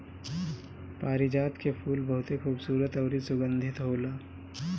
पारिजात के फूल बहुते खुबसूरत अउरी सुगंधित होला